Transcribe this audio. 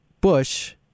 Bush